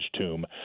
Tomb